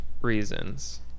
reasons